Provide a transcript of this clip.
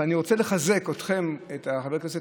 אבל אני רוצה לחזק אתכם, חברי הכנסת.